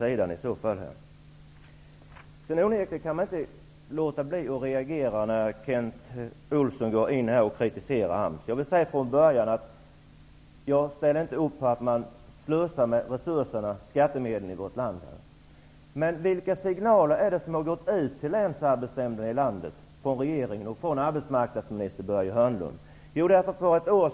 Jag kan inte låta bli att reagera när Kent Olsson här kritiserar AMS. Jag vill från början säga att jag inte ställer mig bakom att man slösar med resurserna och skattemedlen i vårt land. Men vilka signaler är det som har gått ut från regeringen och arbetsmarknadsminister Börje Hörnlund till Länsarbetsnämnderna ute i landet?